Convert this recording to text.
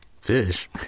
Fish